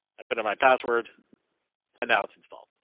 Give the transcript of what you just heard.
i put in my password and now it's installed.